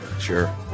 Sure